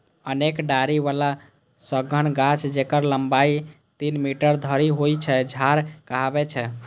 अनेक डारि बला सघन गाछ, जेकर लंबाइ तीन मीटर धरि होइ छै, झाड़ कहाबै छै